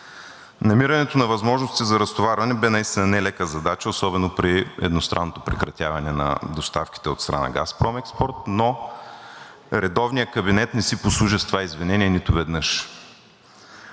Намирането на възможности за разтоварване бе нелека задача, особено при едностранното прекратяване на доставките от страна на „Газпром Експорт“, но редовният кабинет не си послужи с това извинение нито веднъж.